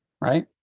right